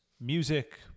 music